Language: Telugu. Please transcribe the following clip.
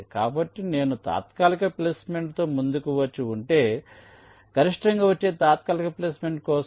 కాబట్టి నేను తాత్కాలిక ప్లేస్మెంట్తో ముందుకు వచ్చి ఉంటే కాబట్టి గరిష్టంగా వచ్చే తాత్కాలిక ప్లేస్మెంట్ కోసం